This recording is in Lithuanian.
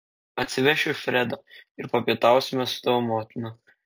atsivešiu fredą ir papietausime su tavo motina